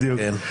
בדיוק.